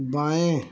बाएँ